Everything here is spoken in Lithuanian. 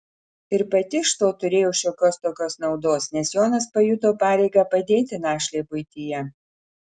ir pati iš to turėjo šiokios tokios naudos nes jonas pajuto pareigą padėti našlei buityje